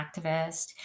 activist